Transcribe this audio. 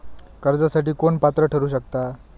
कर्जासाठी कोण पात्र ठरु शकता?